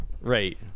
Right